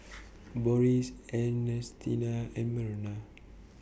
Boris Ernestina and Merina